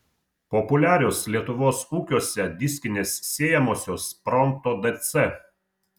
populiarios lietuvos ūkiuose diskinės sėjamosios pronto dc